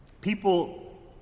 People